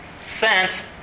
sent